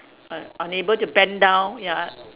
un~ unable to bend down ya